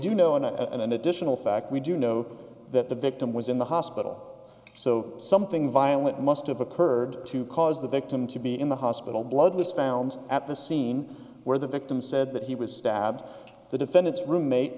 do know in a in an additional fact we do know that the victim was in the hospital so something violent must have occurred to cause the victim to be in the hospital blood was found at the scene where the victim said that he was stabbed the defendant's roommate